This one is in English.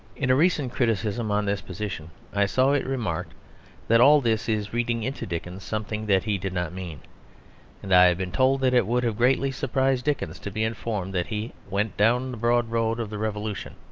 in a recent criticism on this position i saw it remarked that all this is reading into dickens something that he did not mean and i have been told that it would have greatly surprised dickens to be informed that he went down broad road of the revolution.